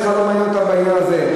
בכלל לא מעניין אותם העניין הזה.